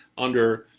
under